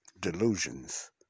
Delusions